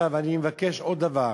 אני מבקש עוד דבר.